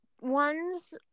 ones